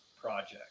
project